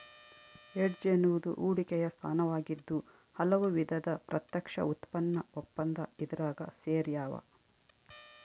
hedge ಎನ್ನುವುದು ಹೂಡಿಕೆಯ ಸ್ಥಾನವಾಗಿದ್ದು ಹಲವು ವಿಧದ ಪ್ರತ್ಯಕ್ಷ ಉತ್ಪನ್ನ ಒಪ್ಪಂದ ಇದ್ರಾಗ ಸೇರ್ಯಾವ